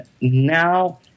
Now